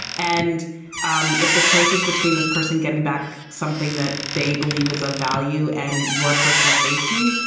and um if the choices between this person getting back something that they believe is of value and your personal safety,